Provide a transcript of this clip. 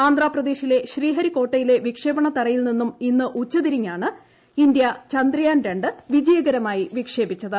ആന്ധ്രാപ്രദേശിലെ ശ്രീഹരിക്കോട്ടയിലെ വിക്ഷേപണത്തറയിൽ നിന്നും നിന്നും ഇന്ന് ഉച്ചതിരിഞ്ഞാണ് ഇന്ത്യ ചന്ദ്രയാൻ രണ്ട് വിജയകരമായി വിക്ഷേപിച്ചത്